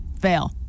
Fail